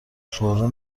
پررو